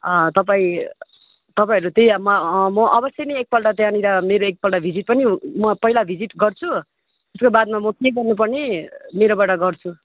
तपाईँ तपाईँहरू त्यही अब म म अवश्य नै एकपल्ट त्यहाँनिर मेरो एकपल्ट भिजिट पनि म पहिला भिजिट गर्छु त्यसको बादमा म के गर्नुपर्ने मेरोबाट गर्छु